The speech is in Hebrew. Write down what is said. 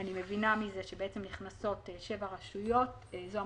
אני מבינה מזה שנכנסות שבע רשויות ואף